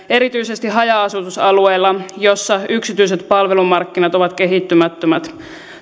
erityisesti haja asutusalueilla joilla yksityiset palvelumarkkinat ovat kehittymättömät